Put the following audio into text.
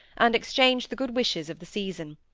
and exchanged the good wishes of the season.